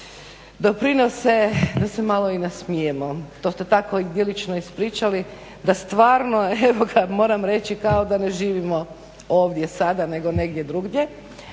doprinose da se malo i nasmijemo. To ste tako idilično ispričali da stvarno evo ga moram reći kao da ne živimo ovdje sada nego negdje drugdje.